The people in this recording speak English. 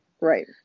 Right